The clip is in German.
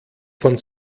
von